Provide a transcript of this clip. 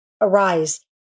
Arise